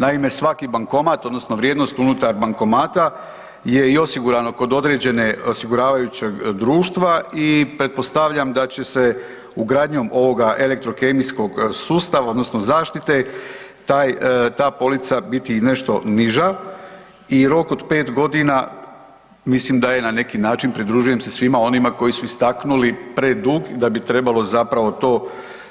Naime, svaki bankomat odnosno vrijednost unutar bankomata je i osigurano kod određenog osiguravajućeg društva i pretpostavljam da će se ugradnjom ovoga elektrokemijskog sustava odnosno zaštite taj, ta polica biti nešto niža i rok od 5 godina mislim da je na neki način, pridružujem se svim onima koji su istaknuli predug da bi trebalo zapravo to